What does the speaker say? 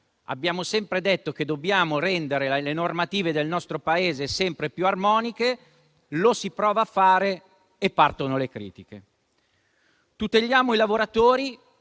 abbiamo sempre detto che dobbiamo rendere le normative del nostro Paese sempre più armoniche, ma, quando si prova a farlo, partono le critiche. Tuteliamo i lavoratori,